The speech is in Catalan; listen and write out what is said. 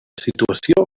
situació